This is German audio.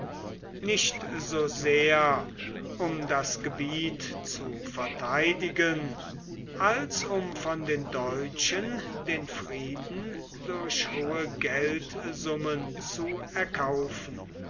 nicht so sehr um das gebiet zu verteidigen als um von den deutschen den frieden durch hohe geldsummen zu erkaufen